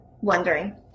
wondering